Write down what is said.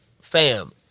Fam